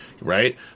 right